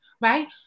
right